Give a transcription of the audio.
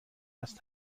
است